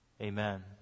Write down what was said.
amen